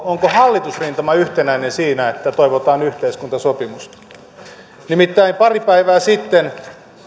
onko hallitusrintama yhtenäinen siinä että toivotaan yhteiskuntasopimusta nimittäin pari päivää sitten